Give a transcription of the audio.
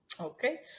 Okay